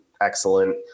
excellent